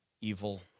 evil